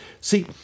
See